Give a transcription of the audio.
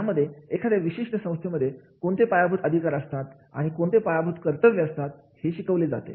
यामध्ये एखाद्या विशिष्ट संस्थेमध्ये कोणते पायाभूत अधिकार असतात आणि कोणते पायाभूत कर्तव्य असतात हे शिकवले जाते